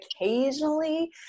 occasionally